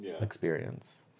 experience